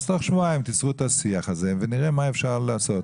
תוך שבועיים תקיימו את השיח הזה ונראה מה אפשר לעשות.